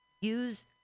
use